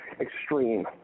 extreme